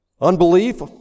unbelief